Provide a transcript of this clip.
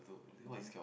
he just